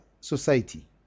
society